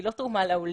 היא לא תרומה לעולים.